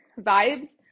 vibes